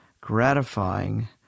gratifying